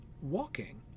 walking